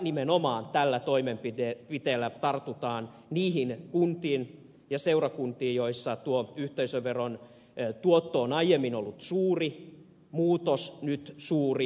nimenomaan tällä toimenpiteellä tartutaan niihin kuntiin ja seurakuntiin joissa tuo yhteisöveron tuotto on aiemmin ollut suuri ja muutos on nyt suuri